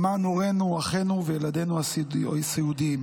למען הורינו, אחינו וילדינו הסיעודיים.